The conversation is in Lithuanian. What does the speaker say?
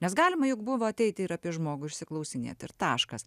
nes galima juk buvo ateiti ir apie žmogų išsiklausinėt ir taškas